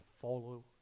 follow